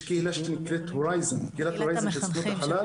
יש קהילה שנקראת הורייזון מסוכנות החלל.